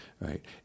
Right